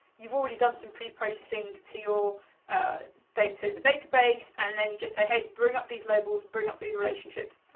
you've already done some pre-processing to your data in the database and then you just say, hey, bring up these labels, bring up these relationships,